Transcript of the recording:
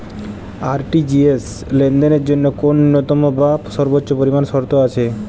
RTGS লেনদেনের জন্য কোন ন্যূনতম বা সর্বোচ্চ পরিমাণ শর্ত আছে?